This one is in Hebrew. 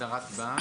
הגדרת בנק